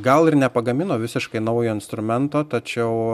gal ir nepagamino visiškai naujo instrumento tačiau